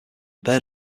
bird